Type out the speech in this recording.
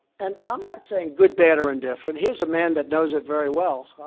and i'm not saying good, bad, or indifferent. here's a man that knows it very well.